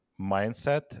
mindset